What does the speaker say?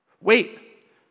Wait